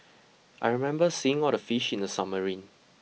I remember seeing all the fish in the submarine